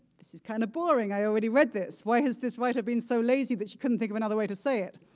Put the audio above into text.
this is kind of boring, i already read this. why has this writer have been so lazy that she couldn't think of another way to say it?